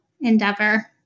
endeavor